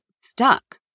stuck